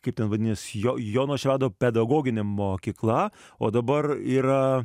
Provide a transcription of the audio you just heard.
kaip ten vadinosi jo jono švedo pedagoginė mokykla o dabar yra